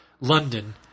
London